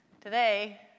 Today